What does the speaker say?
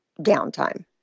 downtime